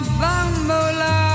bambola